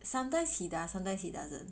sometimes he does sometimes he doesn't